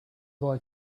boy